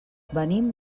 venim